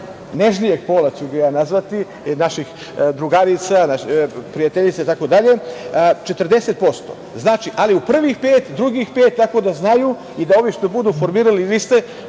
nežnijeg pola ću ja nazvati, naših drugarica, prijateljica itd, 40%, ali u prvih pet, drugih pet, tako da znaju i da ovi što budu formirali liste